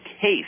case